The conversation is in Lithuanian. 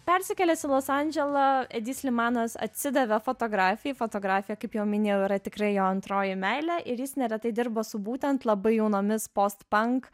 persikėlęs į los andželą edi slimanas atsidavė fotografijai fotografija kaip jau minėjau yra tikrai jo antroji meilė ir jis neretai dirba su būtent labai jaunomis post pank